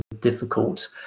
difficult